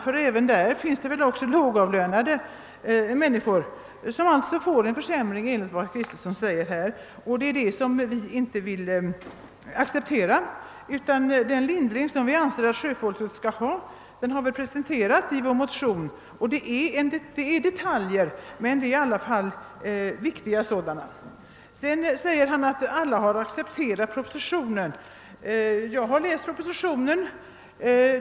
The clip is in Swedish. Även bland sjömännen finns det väl lågavlönade som nu får vidkännas en försämring, och det vill vi inte acceptera. Den lindring i beskattningen som vi anser att sjöfolket bör erhålla har vi presenterat i vår motion, och jag hänvisar till mitt första anförande. Det gäller visserligen detaljer, men det är viktiga detaljer. Herr Kristenson sade att alla remissinstanser har accepterat propositionen. Jag har läst propositionen.